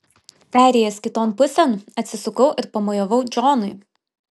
perėjęs kiton pusėn atsisukau ir pamojavau džonui